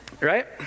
right